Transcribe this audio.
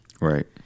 Right